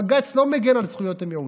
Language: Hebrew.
בג"ץ לא מגן על זכויות המיעוט.